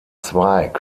zweig